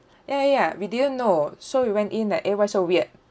ya ya ya we didn't know so we went in like eh why so weird